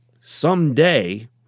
someday